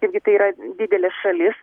irgi tai yra didelė šalis